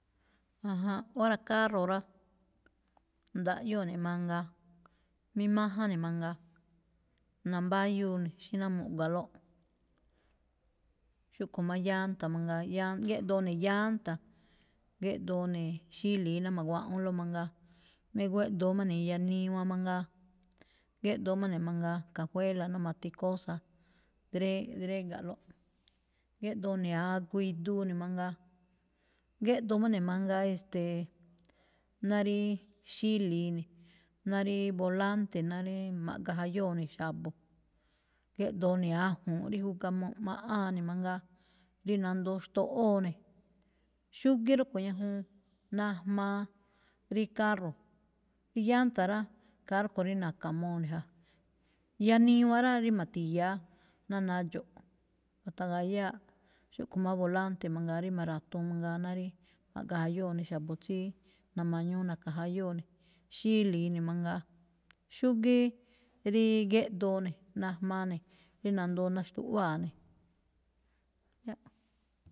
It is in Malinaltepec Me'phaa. Májánꞌ, óra̱ carro rá, ndaꞌyóo ne̱ mangaa, mí máján ne̱ mangaa, nambáyúu ne̱ xí ná mu̱ꞌgua̱lóꞌ. Xúꞌkho̱ má llanta mangaa, llan- géꞌdoo ne̱ llanta, géꞌdoo ne̱e̱ xíli̱i ná ma̱guaꞌúnlóꞌ mangaa, luego géꞌdoo má ne̱ iyaniwan mangaa, géꞌdoo má ne̱ mangaa cajuela ná ma̱ti cosa dré-dréga̱ꞌlóꞌ. Gíꞌdoo ne̱ agu iduu ne̱ mangaa. Géꞌdoo má ne̱ mangaa, e̱ste̱e̱, ná rí xíli̱i ne̱, ná rí volante, ná ríí ma̱ꞌge jayóo ne̱ xa̱bo̱. Géꞌdoo ne̱ aju̱u̱nꞌ rí júgamaꞌáan ne̱ mangaa, rí nandoo xtoꞌóo ne̱. Xúgíí rúꞌkho̱ ñajuun najmaa rí carro. Rí llanta rá, khaa rúꞌkho̱ rí na̱ka̱muu ne̱ ja. Yaniwan rá, rí ma̱thi̱ya̱á ná nadxo̱ꞌ ma̱ta̱ga̱yáaꞌ, xúꞌkho̱ má volante mangaa rí ma̱ra̱tuun mangaa ná rí ma̱ꞌgajayóo̱ ne̱ xa̱bo̱ tsíí na̱ma̱ñuu na̱ka̱jayóo̱ ne̱. Xíli̱i ne̱ mangaa. Xúgíí rí géꞌdoo ne̱, najmaa ne̱, rí nandoo naxtuꞌwáa ne̱.